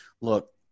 Look